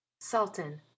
Sultan